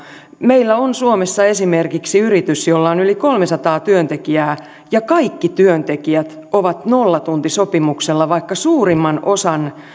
meillä on suomessa esimerkiksi yritys jolla on yli kolmesataa työntekijää ja kaikki työntekijät nollatuntisopimuksella vaikka suurimman osan